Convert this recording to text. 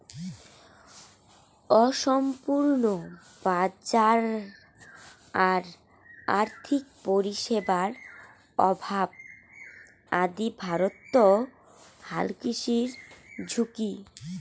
অসম্পূর্ণ বাজার আর আর্থিক পরিষেবার অভাব আদি ভারতত হালকৃষির ঝুঁকি